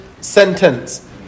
sentence